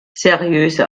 seriöse